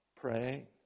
pray